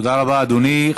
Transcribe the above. תודה רבה, אדוני.